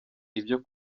ibyo